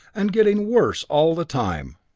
and getting worse all the time.